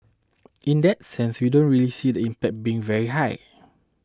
in that sense we don't really see the impact being very high